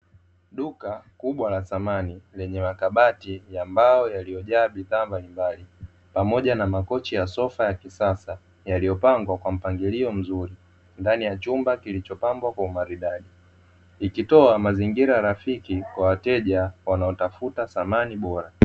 Duka kubwa la samani lenye makabati ya mbao yaliyojaa bidhaa mbalimbali, pamoja na makochi ya sofa ya kisasa yaliyopangwa kwa mpangilio mzuri ndani ya chumba kilichopambwa kwa umaridadi, ikitoa mazingira rafiki kwa wateja wanaotafuta dhamani bora.